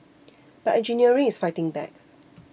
but engineering is fighting back